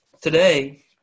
Today